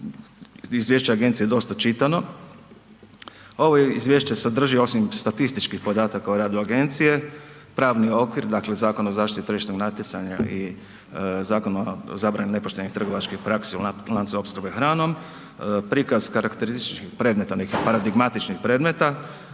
izvješće agencije je dosta čitano, ovo izvješće sadrži osim statističkih podataka o radu agencije, pravni okvir, dakle Zakon o zaštiti tržišnog natjecanja i Zakon o zabrani nepoštenih trgovačkih praksi u lancu opskrbe hranom. Prikaz karakterističnih … paradigmatičnih predmeta,